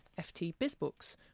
#ftbizbooks